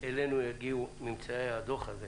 אלינו יגיעו ממצאי הדוח הזה.